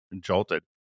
jolted